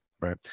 Right